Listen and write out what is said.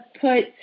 put